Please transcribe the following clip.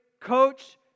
coach